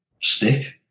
stick